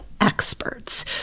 experts